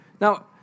Now